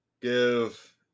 Give